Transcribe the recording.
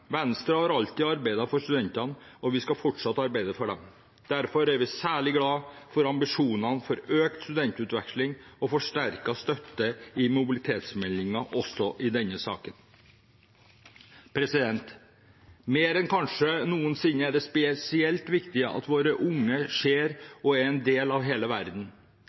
Venstre har alltid arbeidet for studentene, og vi skal fortsatt arbeide for dem. Derfor er vi særlig glade for ambisjonene for økt studentutveksling og forsterket støtte i mobilitetsmeldingen også i denne saken. Mer enn kanskje noensinne er det spesielt viktig at våre unge ser og er en del av hele verden.